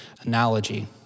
analogy